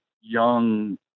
young